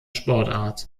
sportart